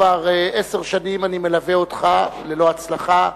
כבר עשר שנים אני מלווה אותך, ללא הצלחה,